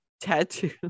tattoo